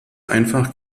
einfach